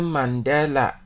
Mandela